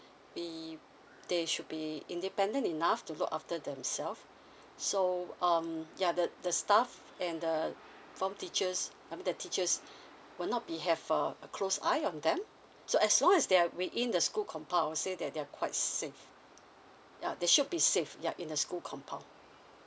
we they should be independent enough to look after themselves so um ya the the staff and the form teachers I mean the teachers will not be have uh a close eye on them so as long as they're within the school compound I'd that they're quite safe ya they should be safe ya in the school compound